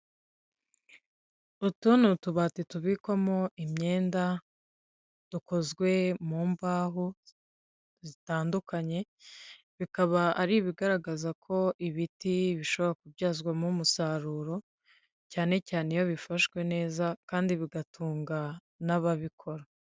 Utu ni utubati tubikwamo imyenda dukozwe mu mbaho zitandukanye, bikaba ari ibigaragaza ko ibiti bishobora kubyazwamo umusaruro, cyane cyane iyo bifashwe neza kandi bigatunga n'ababikora.